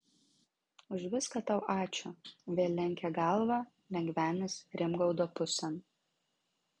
už viską tau ačiū vėl lenkė galvą lengvenis rimgaudo pusėn